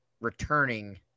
Returning